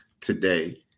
today